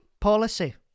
policy